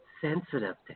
sensitive